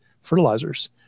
fertilizers